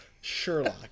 Sherlock